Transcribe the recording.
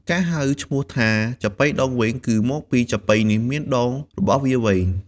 ការហៅឈ្មោះថា ចាប៉ីដងវែង គឺមកពីចាប៉ីនេះមានដងរបស់វាវែង។